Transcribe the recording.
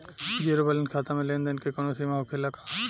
Zero balance खाता में लेन देन के कवनो सीमा होखे ला का?